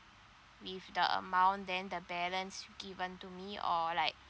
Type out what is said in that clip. with the amount then the balance given to me or like